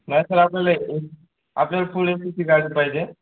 नाही सर आपल्याला हे आपल्याला फूल ए सीची गाडी पाहिजे